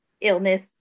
illness